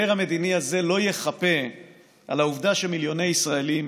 לא יחפה על העובדה שמיליוני ישראלים